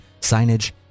signage